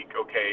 okay